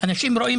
משבח את